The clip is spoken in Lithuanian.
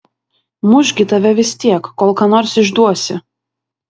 muš gi tave vis tiek kol ką nors išduosi